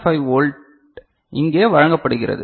5 volt இங்கே வழங்கப்படுகிறது